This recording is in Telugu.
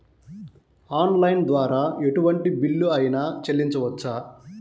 ఆన్లైన్ ద్వారా ఎటువంటి బిల్లు అయినా చెల్లించవచ్చా?